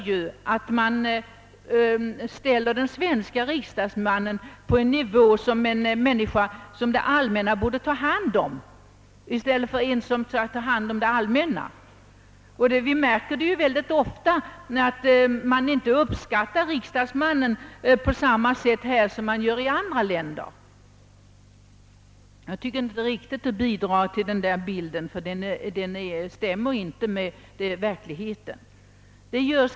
I detta gnatande ställer man den svenske riksdagsmannen på en sådan nivå, att han borde tas om hand av det allmänna, i stället för att i honom se den som skall ta hand om det allmänna. Vi märker mycket ofta att man inte uppskattar riksdagsmannen lika mycket i vårt land som man gör i andra länder. Det är inte riktigt att bidra till denna bild, ty den stämmer inte med verkligheten.